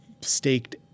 staked